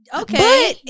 okay